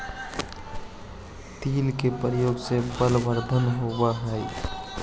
तिल के प्रयोग से बलवर्धन होवअ हई